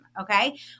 okay